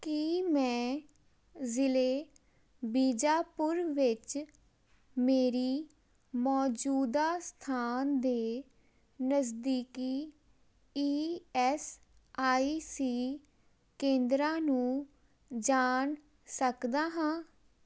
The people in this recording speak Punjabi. ਕੀ ਮੈਂ ਜ਼ਿਲ੍ਹੇ ਬੀਜਾਪੁਰ ਵਿੱਚ ਮੇਰੀ ਮੌਜੂਦਾ ਸਥਾਨ ਦੇ ਨਜ਼ਦੀਕੀ ਈ ਐੱਸ ਆਈ ਸੀ ਕੇਂਦਰਾਂ ਨੂੰ ਜਾਣ ਸਕਦਾ ਹਾਂ